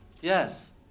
Yes